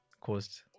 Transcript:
caused